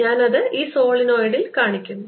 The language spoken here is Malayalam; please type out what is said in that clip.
ഞാൻ അത് ഈ സോളിനോയിഡിൽ കാണിക്കുന്നു